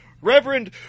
Reverend